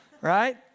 right